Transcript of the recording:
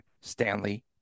Stanley